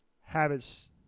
habits